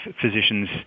physicians